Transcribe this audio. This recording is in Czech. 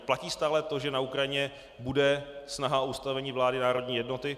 Platí stále to, že na Ukrajině bude snaha o ustavení vlády národní jednoty?